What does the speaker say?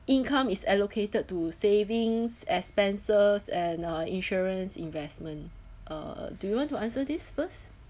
income is allocated to savings expenses and uh insurance investment uh do you want to answer this first